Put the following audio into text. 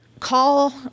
Call